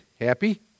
Happy